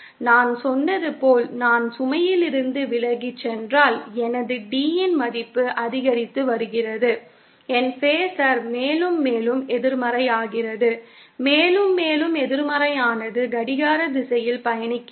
நான் சொன்னது போல் நான் சுமையிலிருந்து விலகிச் சென்றால் எனது Dயின் மதிப்பு அதிகரித்து வருகிறது என் பேஸர் மேலும் மேலும் எதிர்மறையாகிறது மேலும் மேலும் எதிர்மறையானது கடிகார திசையில் பயணிக்கிறது